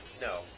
No